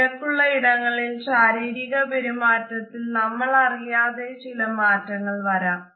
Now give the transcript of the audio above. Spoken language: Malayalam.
തിരക്കുള്ള ഇടങ്ങളിൽ ശരീരിക പെരുമാറ്റത്തിൽ നമ്മൾ അറിയാതെ ചില മാറ്റങ്ങൾ വരാം